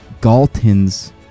galton's